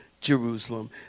Jerusalem